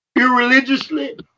irreligiously